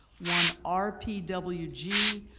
one r p w g,